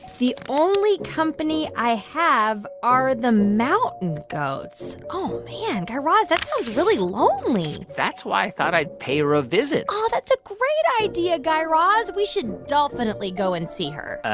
the only company i have are the mountain goats. oh, man. guy raz, that sounds really lonely that's why i thought i'd pay her a visit oh, that's a great idea, guy raz. we should dolphinitely go and see her. ah